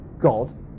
God